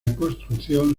construcción